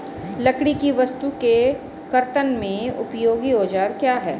लकड़ी की वस्तु के कर्तन में उपयोगी औजार क्या हैं?